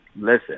Listen